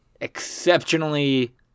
exceptionally